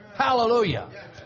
Hallelujah